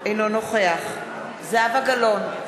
אינו נוכח זהבה גלאון,